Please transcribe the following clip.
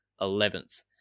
eleventh